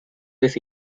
this